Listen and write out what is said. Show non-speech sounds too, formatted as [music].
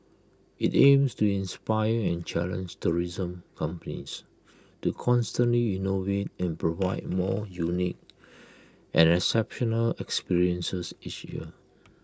IT aims to inspire and challenge tourism companies to constantly innovate and provide more unique and [noise] exceptional experiences each year